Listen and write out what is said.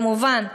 כמובן,